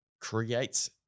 creates